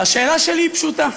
והשאלה שלי היא פשוטה.